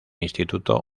instituto